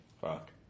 Fuck